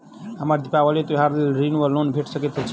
हमरा दिपावली त्योहारक लेल ऋण वा लोन भेट सकैत अछि?